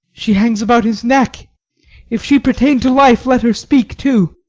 she hangs about his neck if she pertain to life, let her speak too.